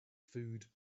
food